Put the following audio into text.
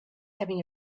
having